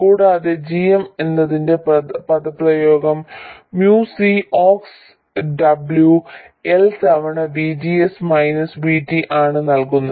കൂടാതെ g m എന്നതിന്റെ പദപ്രയോഗം mu C ox W L തവണ VGS മൈനസ് VT ആണ് നൽകുന്നത്